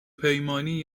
پیمانی